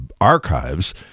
archives